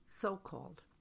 so-called